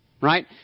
Right